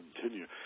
continue